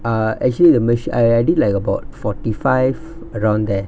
uh actually the machi~ I did like about forty five around there